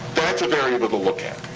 that's a variable to look at,